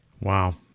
wow